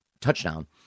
touchdown